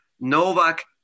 Novak